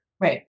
Right